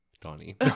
Donnie